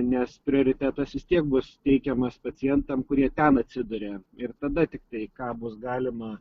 nes prioritetas vis tiek bus teikiamas pacientam kurie ten atsiduria ir tada tiktai ką bus galima